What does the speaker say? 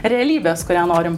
realybės kurią norim